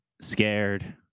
scared